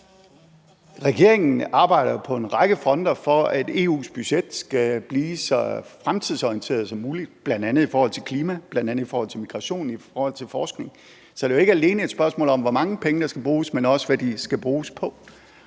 Regeringen arbejder på en række fronter for, at EU's budget skal blive så fremtidsorienteret som muligt, bl.a. i forhold til klima, i forhold til migration, i forhold til forskning. Så det er jo ikke alene et spørgsmål om, hvor mange penge der skal bruges, men også, hvad de skal bruges på.